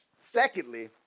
Secondly